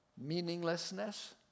meaninglessness